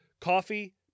Coffee